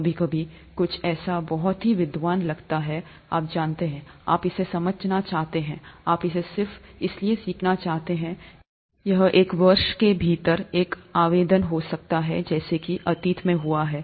कभी कभी कुछ ऐसा बहुत ही विद्वान लगता है आप जानते हैं आप इसे समझना चाहते हैं आप इसे सिर्फ इसलिए सीखना चाहते हैं यह एक वर्ष के भीतर एक आवेदन हो सकता है जैसा कि अतीत में हुआ है